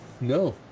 No